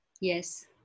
Yes